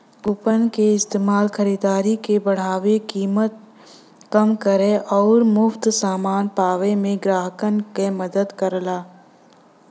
coupon क इस्तेमाल खरीदारी के बढ़ावे, कीमत कम करे आउर मुफ्त समान पावे में ग्राहकन क मदद करला